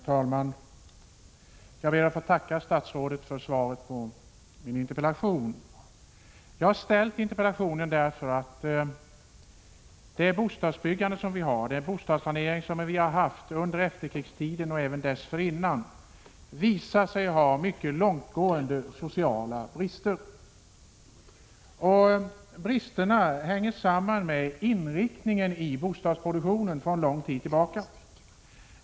Herr talman! Jag ber att få tacka statsrådet för svaret på min interpellation. Jag har ställt interpellationen på grund av att det bostadsbyggande och den bostadssanering som har skett under efterkrigstiden och även dessförinnan visar sig ha mycket långtgående sociala brister. Bristerna hänger samman med bostadsproduktionens inriktning sedan lång tid tillbaka.